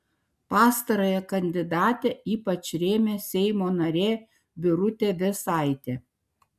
pastarąją kandidatę ypač rėmė seimo narė birutė vėsaitė